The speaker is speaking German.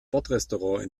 bordrestaurant